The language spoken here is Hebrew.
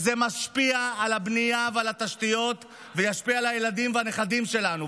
זה משפיע על הבנייה ועל התשתיות וישפיע על הילדים והנכדים שלנו.